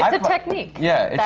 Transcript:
um a technique. yeah, it's